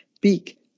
beak